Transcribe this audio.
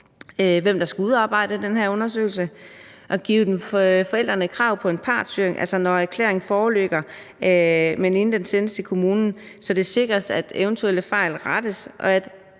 hvem der skal udarbejde den her undersøgelse, og give forældrene krav på en partshøring, altså når erklæringen foreligger, men inden den sendes til kommunen, så det sikres, at eventuelle fejl rettes, og at